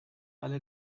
alle